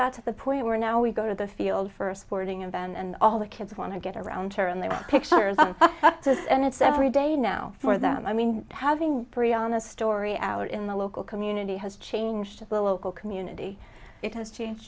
got to the point where now we go to the field first sporting event and all the kids want to get around her and they were pictures and it's every day now for them i mean having briana story out in the local community has changed well local community it has changed